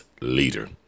leader